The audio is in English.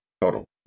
total